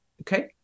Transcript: Okay